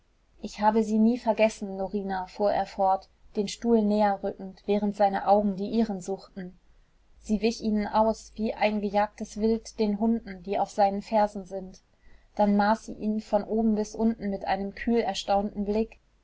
ich habe sie nie vergessen norina fuhr er fort den stuhl näher rückend während seine augen die ihren suchten sie wich ihnen aus wie ein gejagtes wild den hunden die auf seinen fersen sind dann maß sie ihn von oben bis unten mit einem kühlerstaunten blick